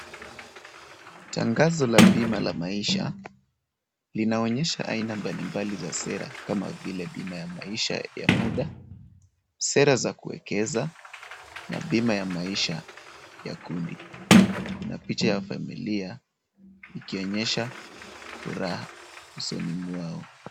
Tangazo la bima la maisha, linaonyesha aina mbalimbali za sera kama vile bima ya maisha ya muda, sera za kuwekeza, na bima ya maisha ya kundi. Kuna picha ya familia ikionyesha furaha usoni mwao.